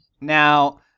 Now